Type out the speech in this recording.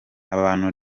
abantu